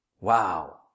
Wow